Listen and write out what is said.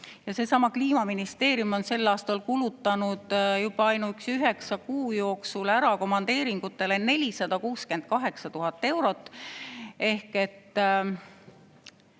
Seesama Kliimaministeerium on sel aastal kulutanud juba ainuüksi üheksa kuu jooksul ära komandeeringutele 468 000 eurot. Kõigi